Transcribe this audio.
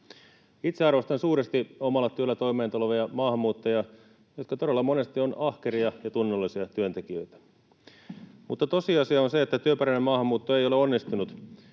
Itse arvostan suuresti omalla työllään toimeentulevia maahanmuuttajia, jotka todella monesti ovat ahkeria ja tunnollisia työntekijöitä. Mutta tosiasia on se, että työperäinen maahanmuutto ei ole onnistunut.